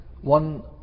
one